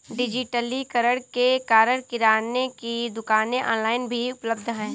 डिजिटलीकरण के कारण किराने की दुकानें ऑनलाइन भी उपलब्ध है